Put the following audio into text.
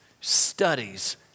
studies